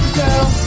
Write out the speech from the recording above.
girl